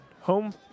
home